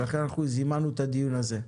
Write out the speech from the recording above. לכן זימנו את הדיון הזה.